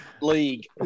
league